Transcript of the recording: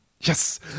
Yes